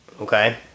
Okay